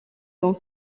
dans